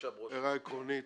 הערה עקרונית